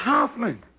Hoffman